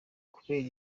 kubera